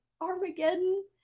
Armageddon